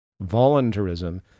Voluntarism